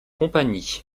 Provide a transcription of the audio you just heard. compagnies